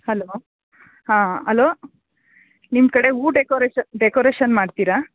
hello ಹಾಂ hello ನಿಮ್ಮ ಕಡೆ ಹೂ ಡೆಕೋರೇಶ ಡೆಕೋರೇಶನ್ ಮಾಡ್ತೀರಾ